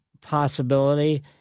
possibility